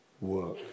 work